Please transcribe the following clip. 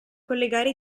collegare